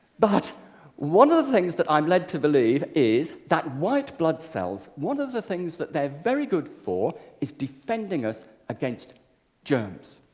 but one of the things that i'm lead to believe is that white blood cells one of the things they are very good for is defending us against germs.